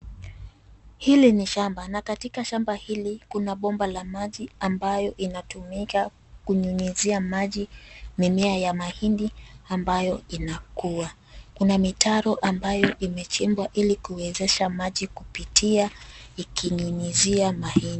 Hili ni shamba, na katika shamba hili kuna bomba la maji ambayo inatumika kunyunyuzia maji mimea ya mahindi, ambayo inakua kuna mitaro ambayo imechimbwa ili kuwezesha maji kupitia ikinyunyizia mahindi